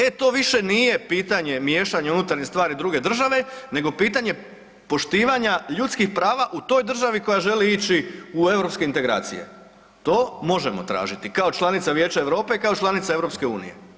E to više nije pitanje miješanja u unutarnje stvari druge države, nego pitanje poštivanja ljudskih prava u toj državi koja želi ići u europske integracije, to možemo tražiti kao članica Vijeća Europe i kao članica EU.